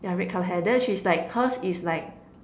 yeah red colour hair then she's like hers is like